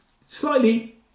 Slightly